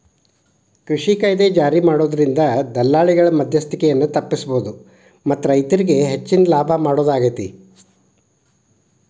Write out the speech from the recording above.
ಕೃಷಿ ಕಾಯ್ದೆ ಜಾರಿಮಾಡೋದ್ರಿಂದ ದಲ್ಲಾಳಿಗಳ ಮದ್ಯಸ್ತಿಕೆಯನ್ನ ತಪ್ಪಸಬೋದು ಮತ್ತ ರೈತರಿಗೆ ಹೆಚ್ಚಿನ ಲಾಭ ಮಾಡೋದಾಗೇತಿ